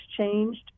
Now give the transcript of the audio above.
changed